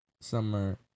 summer